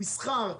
מסחר,